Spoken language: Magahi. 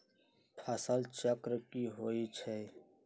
फसल चक्र की होई छै?